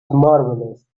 marvelous